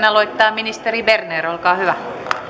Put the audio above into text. aloittaa ministeri berner olkaa hyvä